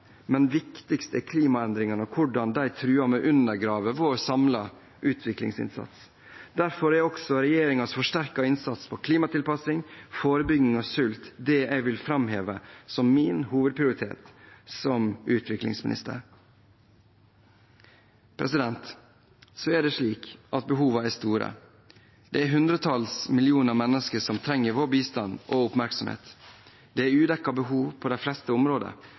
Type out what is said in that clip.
Men viktigst er klimaendringene og hvordan disse truer med å undergrave vår samlede utviklingsinnsats. Derfor er også regjeringens forsterkede innsats for klimatilpasning og forebygging av sult det jeg vil framheve som min hovedprioritet som utviklingsminister. Så er det slik at behovene er store. Det er hundretalls millioner mennesker som trenger vår bistand og oppmerksomhet. Det er udekkede behov på de fleste områder.